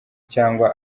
cyangwa